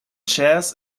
chairs